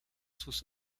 sus